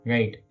Right